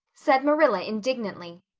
said marila indignantly.